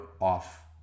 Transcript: off